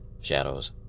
shadows